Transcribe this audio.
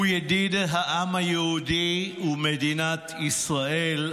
הוא ידיד העם היהודי ומדינת ישראל,